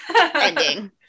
ending